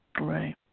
Right